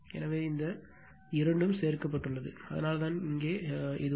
எனவே இந்த இரண்டும் சேர்க்கப்பட்டுள்ளது அதனால்தான் இங்கே உள்ளது